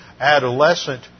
adolescent